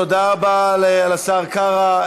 תודה רבה לשר קרא.